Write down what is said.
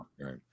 Right